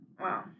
Wow